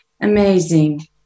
Amazing